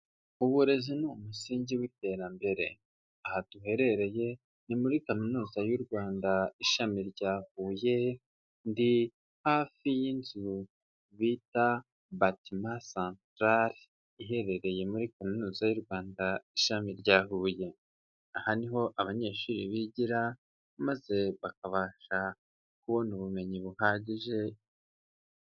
Uburezi ni umusingi w'iterambere, aha duherereye ni muri Kaminuza y'u Rwanda ishami rya Huye, ndi hafi y'inzu bita Batiment Central, iherereye muri Kaminuza y'u Rwanda ishami rya Huye, aha ni ho abanyeshuri bigira maze bakabasha kubona ubumenyi buhagije.